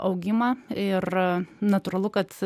augimą ir natūralu kad